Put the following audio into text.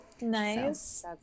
nice